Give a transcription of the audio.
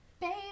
Baby